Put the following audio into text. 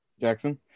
jackson